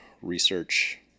research